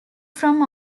from